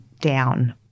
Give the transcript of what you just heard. down